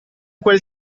quel